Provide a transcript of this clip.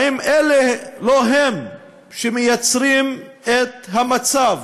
האם לא הם אלה שמייצרים את המצב